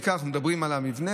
בעיקר אנחנו מדברים על המבנה.